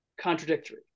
contradictory